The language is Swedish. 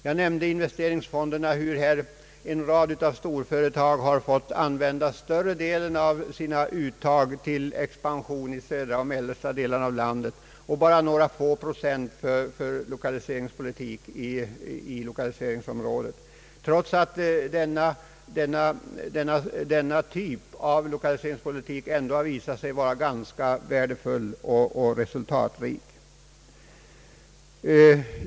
Jag nämnde hur en rad stora företag har fått använda större delen av sina vinster till expansion i de södra och mellersta delarna av landet medan bara några få procent använts i lokaliseringsområden, trots att denna typ av lokaliseringspolitik har visat sig vara ganska värdefull och resultatrik.